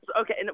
Okay